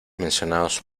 mencionados